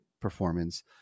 performance